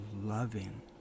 loving